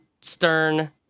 Stern